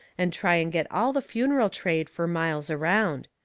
and try and get all the funeral trade fur miles around.